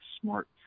smart